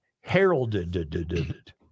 heralded